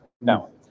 No